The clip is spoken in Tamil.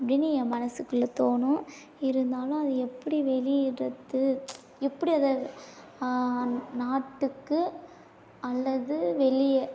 அப்படின்னு என் மனசுக்குள்ளே தோணும் இருந்தாலும் அது எப்படி வெளியிடுறது எப்படி அதை நாட்டுக்கு அல்லது வெளியே